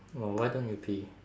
oh why don't you pee